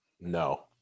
no